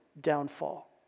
downfall